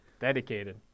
Dedicated